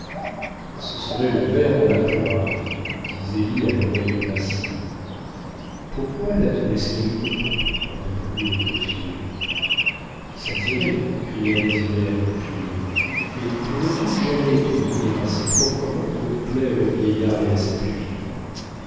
ce serait le ver dans la poire dit zélie à l'oreille de massin pourquoi l'a-t-on laissé venir répondit le greffier ça t'irait cria désiré à goupil mais pourrais-tu jamais te tenir assez proprement pour plaire au vieillard et à sa pupille